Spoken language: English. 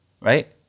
right